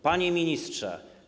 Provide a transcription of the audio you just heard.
Panie Ministrze!